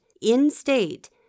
in-state